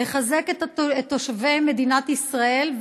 לחזק את תושבי מדינת ישראל,